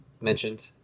mentioned